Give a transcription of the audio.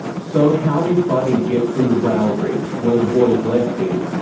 so how did buddy get from the rail bridge, where the boys left him,